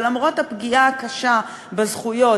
ולמרות הפגיעה הקשה בזכויות,